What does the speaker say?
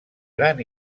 gran